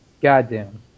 Goddamn